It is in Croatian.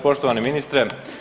Poštovani ministre.